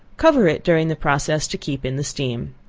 covering it during the process to keep in the steam.